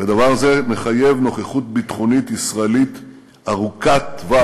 ודבר זה מחייב נוכחות ביטחונית ישראלית ארוכת-טווח